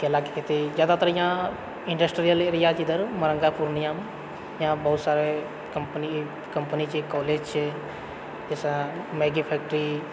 केलाके खेती जादातर यहाँ इंडस्ट्रियल एरिया छै इधर मरङ्गा पूर्णियामे यहाँ बहुत सारे कम्पनी कम्पनी छै कॉलेज छै जैसे मैगी फैक्ट्री